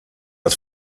als